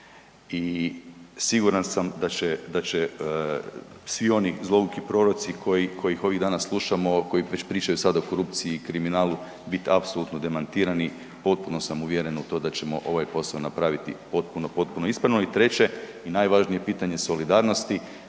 i siguran sam da će, da će svi oni zlouki proroci koji, kojih ovih dana slušamo, a koji već pričaju sada o korupciji i kriminalu biti apsolutno demantirani. Potpuno sam uvjeren u to da ćemo ovaj posao napraviti potpuno, potpuno ispravno. I treće i najvažnije pitanje solidarnosti,